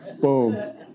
Boom